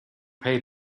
pay